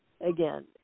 again